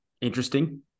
interesting